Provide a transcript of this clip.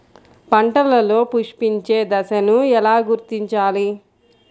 పంటలలో పుష్పించే దశను ఎలా గుర్తించాలి?